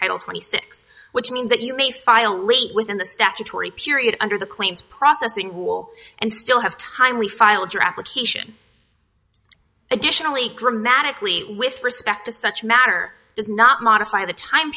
six which means that you may file late within the statutory period under the claims processing rule and still have time we filed your application additionally dramatically with respect to such matter does not modify the time